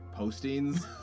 postings